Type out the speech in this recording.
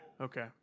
okay